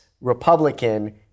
Republican